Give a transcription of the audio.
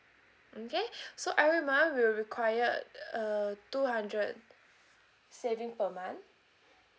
okay so every month will require uh two hundred saving per month